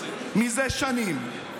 זה שנים,